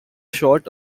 shot